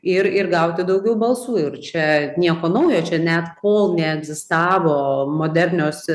ir ir gauti daugiau balsų ir čia nieko naujo čia net kol neegzistavo modernios